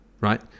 right